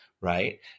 right